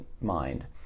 mind